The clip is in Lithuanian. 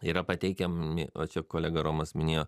yra pateikiami va čia kolega romas minėjo